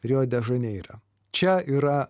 rio de žaneire čia yra